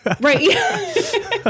Right